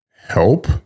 Help